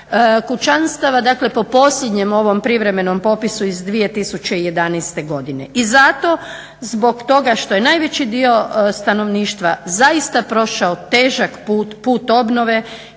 kućanstava dakle po posljednjem ovom privremenom popisu iz 2011. godine. I zato zbog toga što je najveći dio stanovništva zaista prošao težak put, put obnove